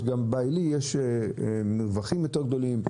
בעילי יש גם מרווחים יותר גדולים,